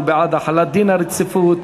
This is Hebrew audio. הוא בעד החלת דין הרציפות,